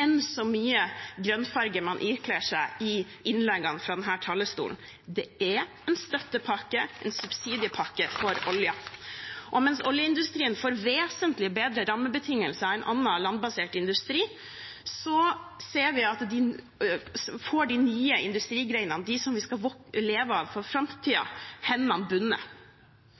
samme hvor mye grønnfarge man ikler seg i innleggene fra denne talerstolen. Det er en støttepakke, en subsidiepakke for oljen. Mens oljeindustrien får vesentlig bedre rammebetingelser enn annen, landbasert, industri, får de nye industrigrenene, de vi skal leve av i framtiden, hendene bundet, de holdes igjen i den utviklingen som de står på terskelen til. Vi